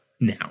now